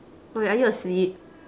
wait are you asleep